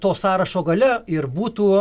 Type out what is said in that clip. to sąrašo gale ir būtų